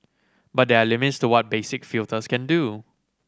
but there are limits to what basic filters can do